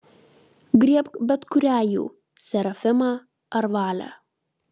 griebk bet kurią jų serafimą ar valę